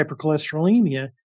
hypercholesterolemia